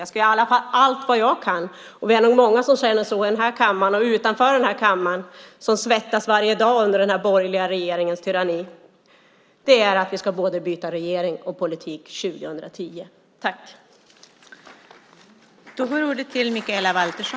Jag ska i alla fall göra allt vad jag kan - vi är nog många i denna kammare och utanför den som svettas varje dag under den borgerliga regeringens tyranni - för att vi ska byta både regering och politik 2010.